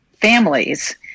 families